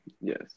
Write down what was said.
Yes